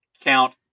count